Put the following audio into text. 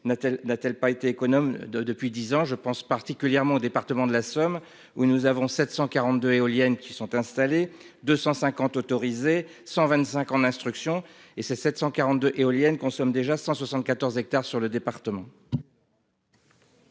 n'a-t-elle pas été économe de depuis 10 ans je pense particulièrement au département de la Somme, où nous avons 742 éoliennes qui sont installés 250 autorisé 125 ans d'instruction et ses 742 éoliennes consomment déjà 174 hectares sur le département.